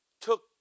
took